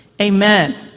Amen